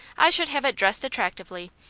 i should have it dressed attractively,